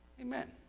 Amen